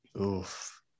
Oof